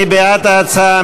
מי בעד ההצעה?